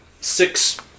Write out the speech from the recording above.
six